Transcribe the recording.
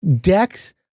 decks